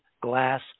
glass